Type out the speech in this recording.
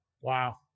Wow